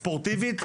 ספורטיבית,